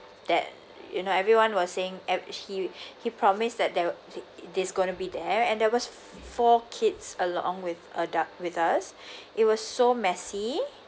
that you know everyone was saying at he he promised that there'll this going to be there and there was four kids along with adult with us it was so messy